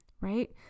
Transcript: Right